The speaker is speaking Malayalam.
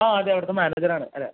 ആ അതെ അവിടുത്തെ മാനേജര് ആണ് അതെ